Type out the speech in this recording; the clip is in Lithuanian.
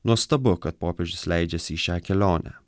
nuostabu kad popiežius leidžiasi į šią kelionę